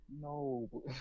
No